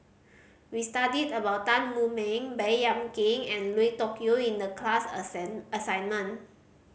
we studied about Tan Wu Meng Baey Yam Keng and Lui Tuck Yew in the class assignment